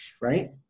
right